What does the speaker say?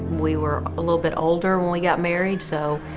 we were a little bit older when we got married so,